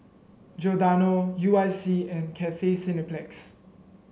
Giordano U I C and Cathay Cineplex